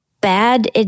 bad